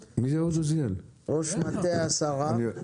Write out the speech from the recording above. ראש מטה השרה, בבקשה.